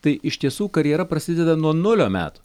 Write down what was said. tai iš tiesų karjera prasideda nuo nulio metų